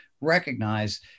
recognize